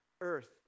Earth